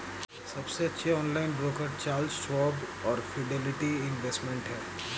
सबसे अच्छे online broker Charles Schwab और फिडेलिटी इन्वेस्टमेंट हैं